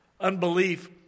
Unbelief